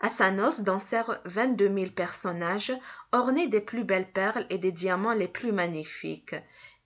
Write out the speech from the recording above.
à sa noce dansèrent vingt-deux mille personnages ornés des plus belles perles et des diamants les plus magnifiques